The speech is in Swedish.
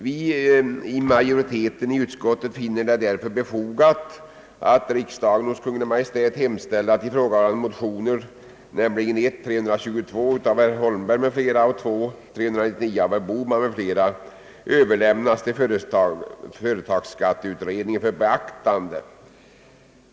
Vi finner det därför i utskottets majoritet befogat att riksdagen hos Kungl. Maj:t hemställer att ifrågavarande motioner, I: 322 av herr Holmberg m.fl. och II: 399 av herr Bohman m.fl., överlämnas till företagsskatteutredningen för beaktande.